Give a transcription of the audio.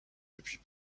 depuis